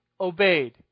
obeyed